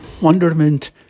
wonderment